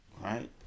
right